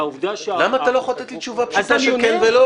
והעובדה --- למה אתה לא יכול לתת לי תשובה פשוטה של כן ולא?